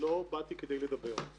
לא באתי כדי לדבר.